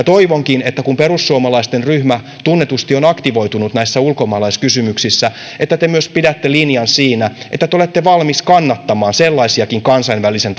toivonkin että kun perussuomalaisten ryhmä tunnetusti on aktivoitunut näissä ulkomaalaiskysymyksissä niin te myös pidätte linjan siinä että te olette valmiit kannattamaan sellaisiakin kansainvälisen